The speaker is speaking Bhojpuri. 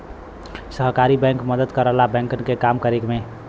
सहकारी बैंक मदद करला बैंकन के काम करे में